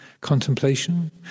contemplation